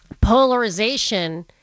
polarization